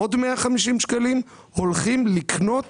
עוד 150 שקלים הולכים לקנות